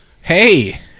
Hey